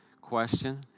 question